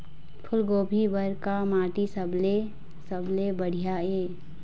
फूलगोभी बर का माटी सबले सबले बढ़िया ये?